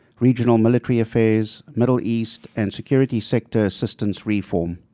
regional military affairs, middle east and security sector assistance reform.